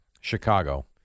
Chicago